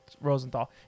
rosenthal